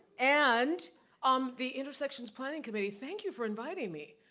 and um the intersections planning committee, thank you for inviting me.